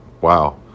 wow